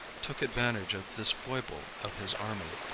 took advantage of this foible of his army.